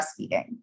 breastfeeding